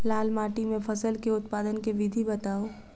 लाल माटि मे फसल केँ उत्पादन केँ विधि बताऊ?